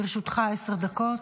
לרשותך עשר דקות.